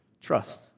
trust